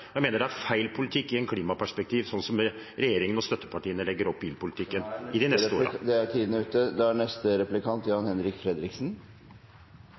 presentert. Jeg mener det er feil politikk i et klimaperspektiv, slik som regjeringen og støttepartiene legger opp bilpolitikken i de neste årene. Arbeiderpartiet virker å tro at det kun er